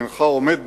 אינך עומד בהן,